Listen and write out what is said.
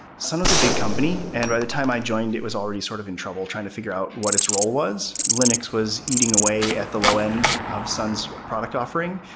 sun was a big company, and the time i joined it was already sort of in trouble trying to figure out what its role was. linus was eating away at the low-end of sun's product offering.